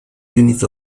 units